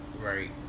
Right